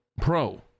Pro